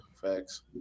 facts